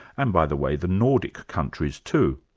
and by the way, the nordic countries, too.